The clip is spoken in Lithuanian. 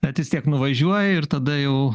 bet vis tiek nuvažiuoji ir tada jau